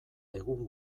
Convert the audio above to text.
egun